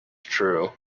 true